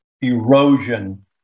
erosion